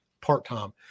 part-time